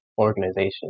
organization